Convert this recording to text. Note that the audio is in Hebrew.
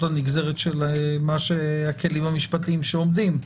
עוד נגזרת של הכלים המשפטיים שעומדים.